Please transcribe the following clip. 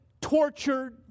tortured